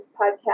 podcast